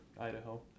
Idaho